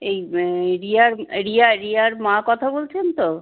এই এই রিয়ার রিয়া রিয়ার মা কথা বলছেন তো